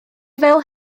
fel